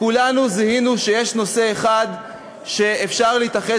כולנו זיהינו שיש נושא אחד שאפשר להתאחד